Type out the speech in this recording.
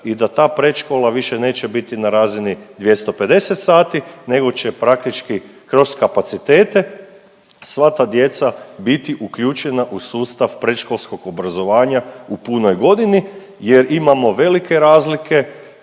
i da ta predškola više neće biti na razini 250 sati nego će praktički kroz kapacitete sva ta djeca biti uključena u sustav predškolskog obrazovanja u punoj godini jer imamo velike razlike